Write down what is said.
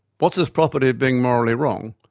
what's this property of being morally wrong?